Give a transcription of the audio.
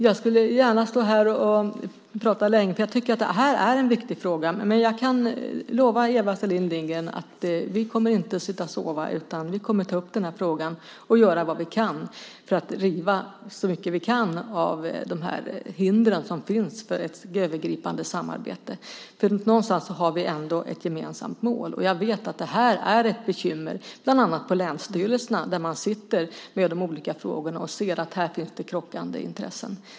Jag skulle gärna prata länge om detta. Jag tycker att det är en viktig fråga. Jag kan lova Eva Selin Lindgren att vi inte kommer att sitta och sova, utan vi kommer att ta upp den här frågan och riva så många vi kan av de hinder som finns för ett övergripande samarbete. Någonstans har vi ändå ett gemensamt mål. Jag vet att det här är ett bekymmer, bland annat på länsstyrelserna där man arbetar med de olika frågorna och ser att här finns det krockande intressen.